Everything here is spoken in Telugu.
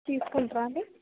తీసుకుంట్రా అండి